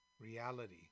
reality